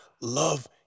love